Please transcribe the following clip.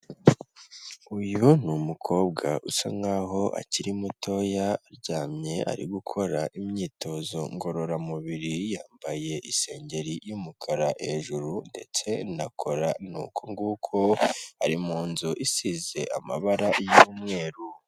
Uyu ni umukobwa usa nkaho akiri mutoya aryamye ari gukora imyitozo ngororamubiri, yambaye isengeri y'umukara hejuru ndetse na kora nuko nguko ari mu nzu isize amabara y'umweru.